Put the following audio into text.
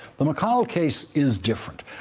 the mcconnell case is different.